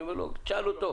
אני אומר לו: תשאל אותו.